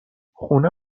خونه